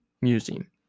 Museum